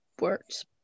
words